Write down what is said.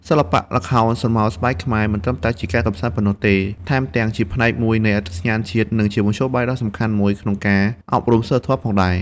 សិល្បៈល្ខោនស្រមោលស្បែកខ្មែរ មិនត្រឹមតែជាការកម្សាន្តប៉ុណ្ណោះទេ ថែមទាំងជាផ្នែកមួយនៃអត្តសញ្ញាណជាតិ និងជាមធ្យោបាយដ៏សំខាន់ក្នុងការអប់រំសីលធម៌ផងដែរ។